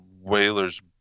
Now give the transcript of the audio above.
Whaler's